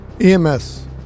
EMS